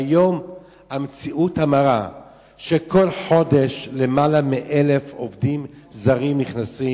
היום המציאות המרה היא שכל חודש למעלה מ-1,000 עובדים זרים נכנסים.